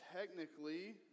technically